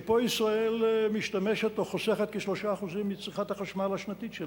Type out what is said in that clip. ופה ישראל משתמשת או חוסכת כ-3% מצריכת החשמל השנתית שלה,